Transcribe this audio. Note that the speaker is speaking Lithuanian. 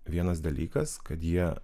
vienas dalykas kad jie